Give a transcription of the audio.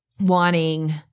wanting